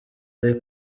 ari